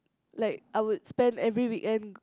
like I would spend every weekend